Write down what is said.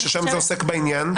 ששם זה עוסק בעניין.